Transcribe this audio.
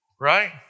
Right